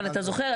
אבל אתה זוכר,